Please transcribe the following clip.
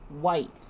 white